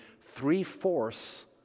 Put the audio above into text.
three-fourths